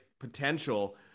potential